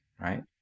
right